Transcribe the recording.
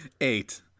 Eight